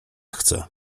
chcę